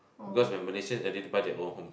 because where Malaysian and didn't buy they own home